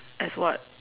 as what